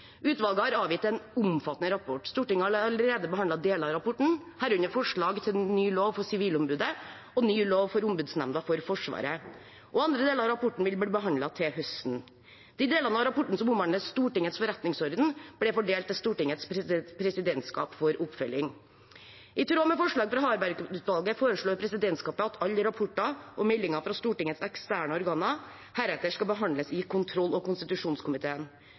Utvalget har avgitt en omfattende rapport. Stortinget har allerede behandlet deler av rapporten, herunder forslag til ny lov for Sivilombudet og ny lov for Ombudsnemnda for Forsvaret, og andre deler av rapporten vil bli behandlet til høsten. De delene av rapporten som omhandler Stortingets forretningsorden, ble fordelt til Stortingets presidentskap for oppfølging. I tråd med forslaget fra Harberg-utvalget foreslår presidentskapet at alle rapporter og meldinger fra eksterne organer heretter skal behandles i kontroll- og konstitusjonskomiteen.